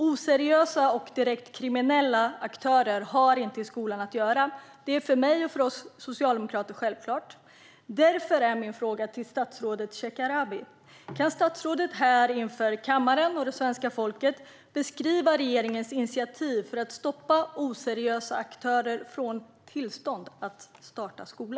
Oseriösa och direkt kriminella aktörer har inte i skolan att göra. Det är självklart för mig och för oss socialdemokrater. Därför är min fråga till statsrådet Shekarabi: Kan statsrådet här, inför kammaren och svenska folket, beskriva regeringens initiativ för att stoppa oseriösa aktörer från att få tillstånd att starta skola?